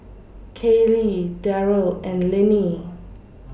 Kayleigh Deryl and Linnie